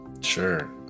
Sure